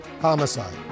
homicide